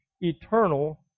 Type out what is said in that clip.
eternal